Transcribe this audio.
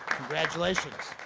congratulations.